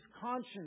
conscience